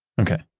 okay.